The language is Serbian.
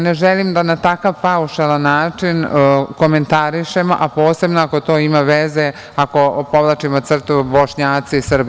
Ne želim da na takav paušalan način komentarišem, a posebno ako to ima veze, ako povlačimo crtu Bošnjaci i Srbi.